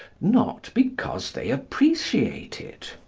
not because they appreciate it.